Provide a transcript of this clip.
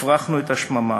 הפרחנו את השממה,